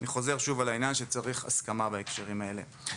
אני חוזר שוב על העניין שצריך הסכמה בהקשרים האלה.